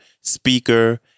speaker